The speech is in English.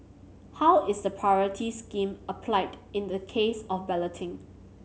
how is the priority scheme applied in the case of balloting